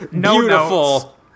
beautiful